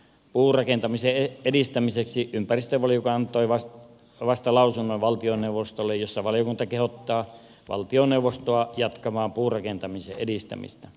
puurakentamisen edistämiseksi ympäristövaliokunta antoi vasta lausunnon valtioneuvostolle jossa valiokunta kehottaa valtioneuvostoa jatkamaan puurakentamisen edistämistä